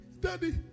Daddy